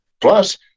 Plus